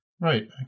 Right